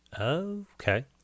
okay